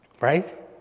right